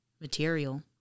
material